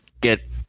get